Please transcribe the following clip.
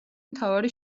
მთავარი